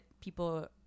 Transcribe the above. people